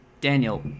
Daniel